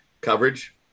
coverage